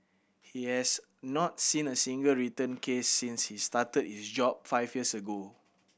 he has not seen a single return case since he started his job five years ago